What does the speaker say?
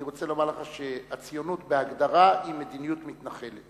אני רוצה לומר לך שהציונות בהגדרה היא מדיניות מתנחלת.